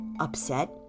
upset